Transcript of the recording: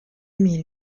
mille